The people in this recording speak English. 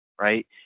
right